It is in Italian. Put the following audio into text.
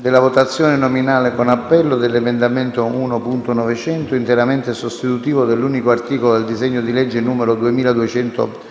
della votazione nominale con appello dell'emendamento 1.900, interamente sostitutivo dell'articolo unico del disegno di legge di